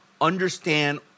understand